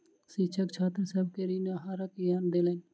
शिक्षक छात्र सभ के ऋण आहारक ज्ञान देलैन